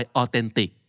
authentic